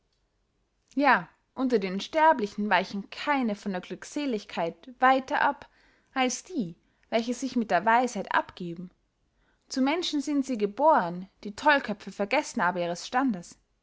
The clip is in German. ja unter den sterblichen weichen keine von der glückseligkeit weiter ab als die welche sich mit der weisheit abgeben zu menschen sind sie gebohren die tollköpfe vergessen aber ihres standes